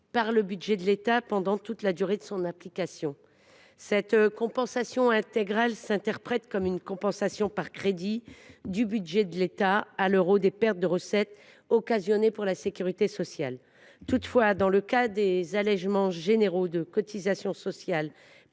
par le budget de l’État pendant toute la durée de son application ». Cette compensation intégrale s’interprète comme une compensation par crédits du budget de l’État, à l’euro, des pertes de recettes occasionnées pour la sécurité sociale. Toutefois, dans le cas des allégements généraux de cotisations sociales